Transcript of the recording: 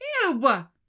Ew